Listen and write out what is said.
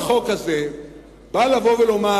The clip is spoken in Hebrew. כל החוק הזה בא לומר: